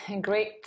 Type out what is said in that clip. great